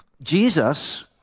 Jesus